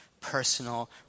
personal